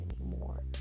anymore